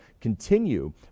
continue